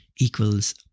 equals